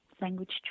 language